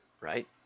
right